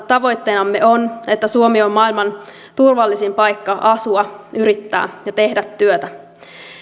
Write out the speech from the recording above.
tavoitteenamme on että suomi on maailman turvallisin paikka asua yrittää ja tehdä työtä